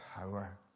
power